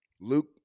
Luke